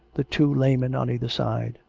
the two laymen on either side,